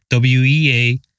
WEA